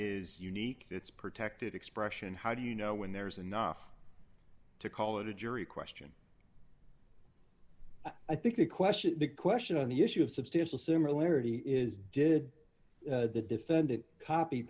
is unique that's protected expression how do you know when there's enough to call it a jury question i think the question the question on the issue of substantial similarity is did the defendant copy